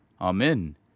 Amen